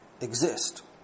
exist